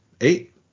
eight